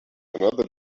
another